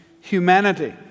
humanity